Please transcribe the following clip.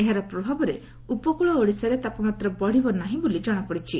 ଏହାର ପ୍ରଭାବରେ ଉପକୁଳ ଓଡ଼ିଶାରେ ତାପମାତ୍ରା ବଢ଼ିବ ନାହି ବୋଲି ଜଣାପଡ଼ିଛି